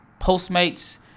Postmates